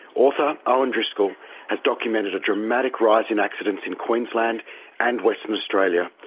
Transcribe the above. author, owen driscoll has documented a dramatic rise in accidents in queensland and western australia,